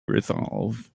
resolve